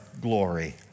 glory